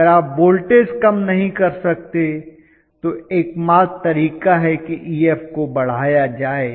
अगर आप वोल्टेज कम नहीं सकते तो एकमात्र तरीका है कि Ef को बढ़ाया जाए